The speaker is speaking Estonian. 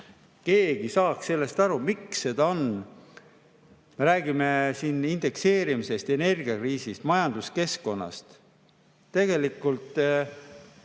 keegi saaks sellest aru, miks see nii on? Me räägime siin indekseerimisest, energiakriisist, majanduskeskkonnast. Tegelikult